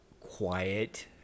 quiet